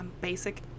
basic